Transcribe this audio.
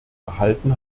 erhalten